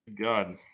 God